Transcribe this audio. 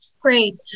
Great